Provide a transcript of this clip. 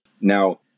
Now